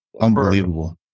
Unbelievable